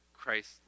Christ